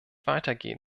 weitergehen